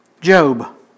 Job